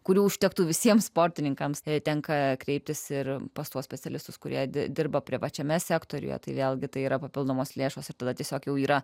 kurių užtektų visiems sportininkams tenka kreiptis ir pas tuos specialistus kurie dirba privačiame sektoriuje tai vėlgi tai yra papildomos lėšos ir tada tiesiog jau yra